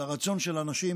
על הרצון של אנשים